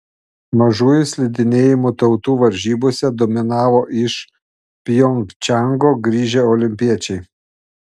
mažųjų slidinėjimo tautų varžybose dominavo iš pjongčango grįžę olimpiečiai